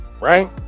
right